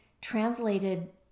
translated